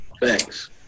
Thanks